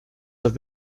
have